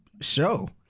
show